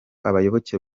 abayoboke